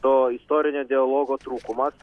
to istorinio dialogo trūkumas